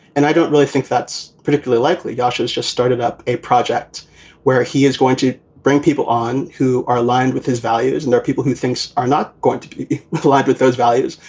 and i don't really think that's particularly likely. josh has just started up a project where he is going to bring people on who are aligned with his values and their people, who things are not going to collide with those values.